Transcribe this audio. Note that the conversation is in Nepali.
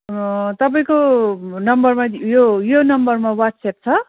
तपाईँको नम्बरमा यो यो नम्बरमा वाट्सएप छ